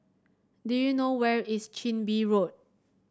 do you know where is Chin Bee Road